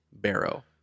barrow